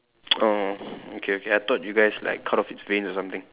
oh okay okay I thought you guys like cut off its wings or something